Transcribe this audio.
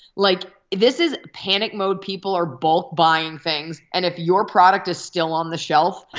like, this is panic mode. people are bulk buying things. and if your product is still on the shelf,